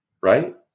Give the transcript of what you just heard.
right